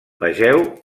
vegeu